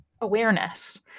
awareness